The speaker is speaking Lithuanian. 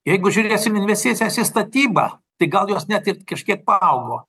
jeigu žiūrėsim investicijas į statybą tai gal jos net ir kažkiek paaugo